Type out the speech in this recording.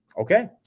Okay